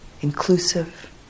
inclusive